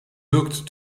looked